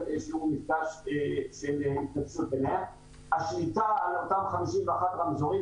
איזה מפגש --- השליטה על 451 רמזורים,